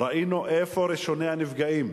ראינו איפה ראשוני הנפגעים